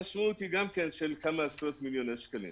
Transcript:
המשמעות היא של כמה עשרות מיליוני שקלים.